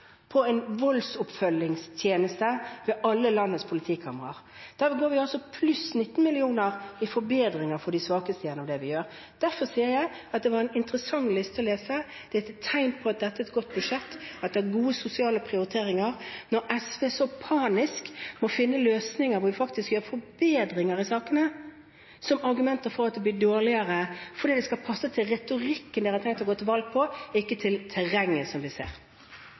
en voldsoppfølgingstjeneste ved alle landets politikamre. Der får vi pluss 19 mill. kr i forbedringer for de svakeste gjennom det vi gjør. Derfor sier jeg at det var en interessant liste å lese, det er et tegn på at dette er et godt budsjett, at det er gode sosiale prioriteringer, når SV så panisk må finne løsninger der hvor vi faktisk gjør forbedringer i sakene, som argumenter for at det blir dårligere, fordi det skal passe til retorikken de har tenkt å gå til valg på, ikke til terrenget som vi ser.